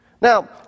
Now